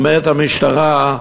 עומדת המשטרה,